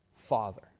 Father